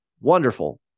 wonderful